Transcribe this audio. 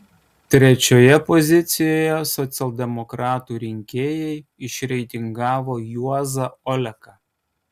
trečioje pozicijoje socialdemokratų rinkėjai išreitingavo juozą oleką